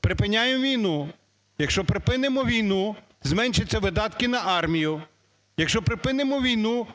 припиняємо війну. Якщо припинимо війну, зменшаться видатки на армію. Якщо припинимо війну,